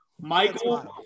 Michael